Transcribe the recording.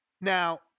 Now